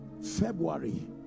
February